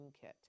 kit